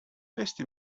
kirsty